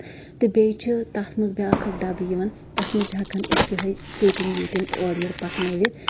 تہٕ بیٚیہِ چھِ تَتھ منٛز بیاکھ اکھ ڈَبہٕ یِوان تَتھ منٛز چھِ ہٮ۪کان أسۍ یِہٕے ژیٚٹنۍ ویٚٹنۍ